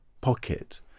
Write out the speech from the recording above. pocket